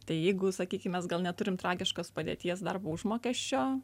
tai jeigu sakykim mes gal neturim tragiškos padėties darbo užmokesčio